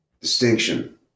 distinction